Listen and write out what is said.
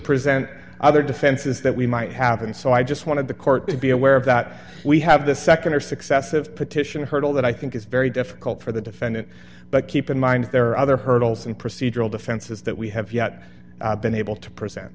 present other defenses that we might happen so i just wanted the court to be aware of that we have the nd or successive petition hurdle that i think is very difficult for the defendant but keep in mind there are other hurdles and procedural defenses that we have yet been able to present